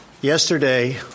Yesterday